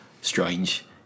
strange